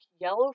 Yellow